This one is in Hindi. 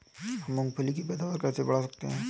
हम मूंगफली की पैदावार कैसे बढ़ा सकते हैं?